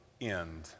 end